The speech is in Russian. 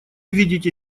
видите